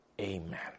Amen